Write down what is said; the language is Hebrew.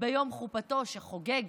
ביום חופתו שחוגג